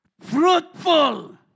fruitful